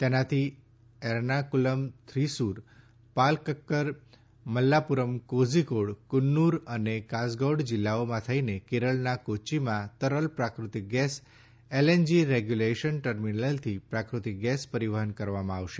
તેનાથી એરનાકુલમ થ્રીસુર પાલકકડ મલ્લાપુરમ કોઝીકોડ કન્નૂર અને કાસરગૌડ જીલ્લાઓમાં થઇને કેરળના કોચ્ચીમાં તરલ પ્રાકૃતિક ગેસ એલએનજી રેગ્યુલેશન ટર્મીનલથી પ્રાકૃતિક ગેસ પરીવહન કરવામાં આવશે